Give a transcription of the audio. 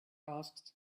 asked